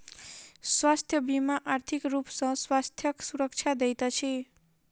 स्वास्थ्य बीमा आर्थिक रूप सॅ स्वास्थ्यक सुरक्षा दैत अछि